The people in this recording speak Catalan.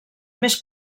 més